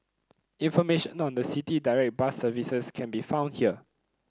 information on the City Direct bus services can be found here